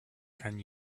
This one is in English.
can